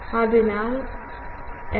അതിനാൽ എഫ്